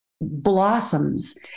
blossoms